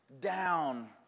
down